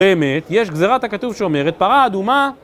באמת, יש גזרת הכתוב שאומרת, פרה אדומה